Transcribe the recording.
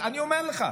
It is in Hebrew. אני אומר לך,